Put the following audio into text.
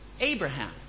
Abraham